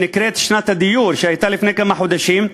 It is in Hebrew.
שנקראת שנת הדיור, שהיה לפני כמה חודשים.